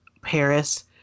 Paris